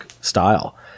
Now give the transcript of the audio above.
style